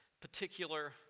particular